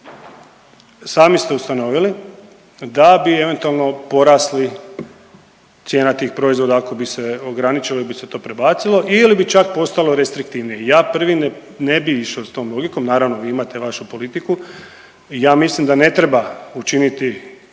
sami ste ustanovili da bi eventualno porasli cijena tih proizvoda ako bi se ograničilo jel bi se to prebacilo ili bi čak postalo restriktivnije. Ja prvi ne bi išao s tom logikom, naravno vi imate vašu politiku i ja mislim da ne treba učiniti